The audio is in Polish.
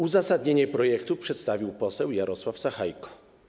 Uzasadnienie projektu przedstawił poseł Jarosław Sachajko.